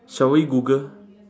shall we google